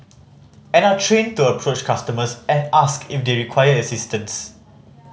and are trained to approach customers and ask if they require assistance